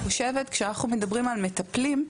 כשאנחנו מדברים על מטפלים,